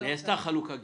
נעשתה חלוקה גילאית.